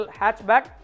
hatchback